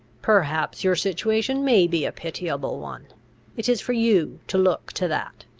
perhaps your situation may be a pitiable one it is for you to look to that.